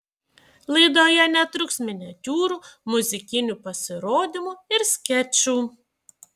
laidoje netruks miniatiūrų muzikinių pasirodymų ir skečų